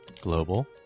global